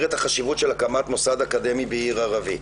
את החשיבות של הקמת מוסד אקדמי בעיר ערבית.